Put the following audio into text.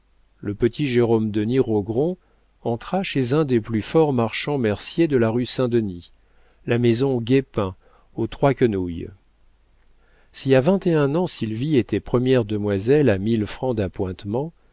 le petit jérôme denis rogron entra chez un des plus forts marchands merciers de la rue saint-denis la maison guépin aux trois quenouilles si à vingt et un ans sylvie était première demoiselle à mille francs d'appointements